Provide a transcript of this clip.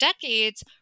decades